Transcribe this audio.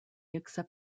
except